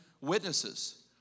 witnesses